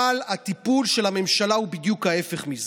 אבל הטיפול של הממשלה הוא בדיוק ההפך מזה.